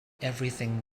everything